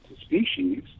species